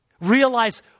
Realize